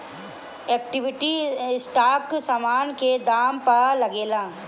equity stock समान के दाम पअ लागेला